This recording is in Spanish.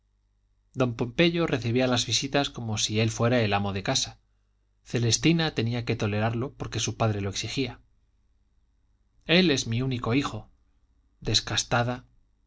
don pompeyo recibía las visitas como si él fuera el amo de casa celestina tenía que tolerarlo porque su padre lo exigía él es mi único hijo descastada